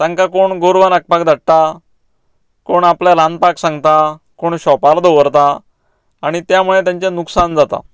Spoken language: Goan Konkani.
तांकां कोण गोरवां राखपाक धाडटा कोण आपल्याक रांदपाक सांगता कोण शोपार दवरता आनी त्या मुळे तांचें लुकसाण जाता